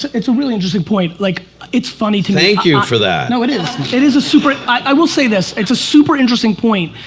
it's a really interesting point, like it's funny to me. thank you for that. no it is, it is a super. i will say this, it's a super interesting point.